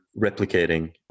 replicating